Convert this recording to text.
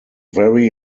very